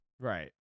right